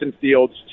Fields